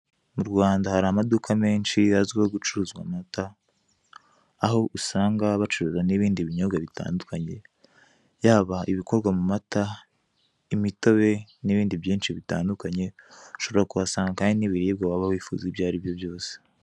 Mu Rwanda hari amaduka menshi azwiho gucuruza amata, aho usanga bacuruza n'ibindi binyobwa bitandukanye, yaba ibikorwa mu mata, imitobe n'ibindi byinshi bitandukanye, ushobora kuhasanga kandi n'ibiribwa waba wifuza ibyo ari byo byose.